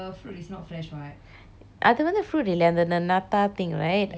அது வந்து:athu vanthu fruit இல்லையே அந்த அந்த:illaiye anthe anthe nata thing right அந்த:anthe jelly jelly kind of thing